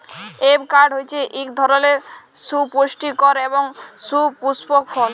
avocado হছে ইক ধরলের সুপুষ্টিকর এবং সুপুস্পক ফল